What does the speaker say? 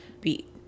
Beat